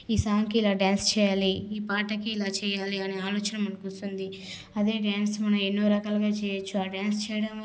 ఈ సాంగుకి ఇలా డ్యాన్స్ చేయాలి ఈ పాటకి ఇలా చేయాలి అనే ఆలోచన మనకు వస్తుంది అదే డ్యాన్స్ మనం ఎన్నో రకాలుగా చేయొచ్చు ఆ డ్యాన్స్ చేయడం వల్ల మనము